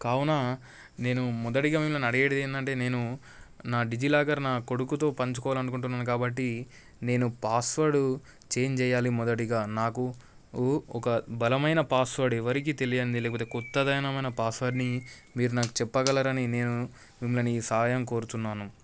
కావునా నేను మొదటిగా మిమ్మలిని అడిగేది ఏంటంటే నేను నా డిజీలాకర్ నా కొడుకుతో పంచుకోవాలి అనుకుంటున్నాను కాబట్టి నేను పాస్వర్ద్ ఛేంజ్ చేయాలి మొదటిగా నాకు ఓ ఒక బలమైన పాస్వర్ద్ ఎవరికీ తెలియంది లేకపోతే క్రొత్తది అయిన మన పాస్వర్ద్ని మీరు నాకు చెప్పగలరని నేను మిమ్ములిని సహాయం కోరుచున్నాను